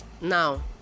now